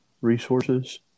resources